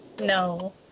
No